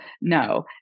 no